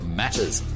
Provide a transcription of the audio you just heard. matters